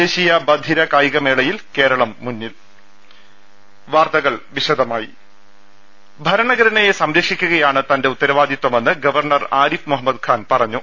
ദേശീയ ബ്ധിര കായികമേളയിൽ കേരളം മുന്നിൽ ഭരണഘടനയെ സംരക്ഷിക്കുകയാണ് തന്റെ ഉത്തരവാദിത്വ മെന്ന് ഗവർണർ ആരിഫ് മുഹമ്മദ്ഖാൻ പറഞ്ഞു